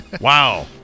Wow